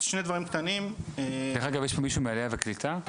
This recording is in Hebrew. יש פה מישהו מהעלייה והקליטה.